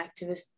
activists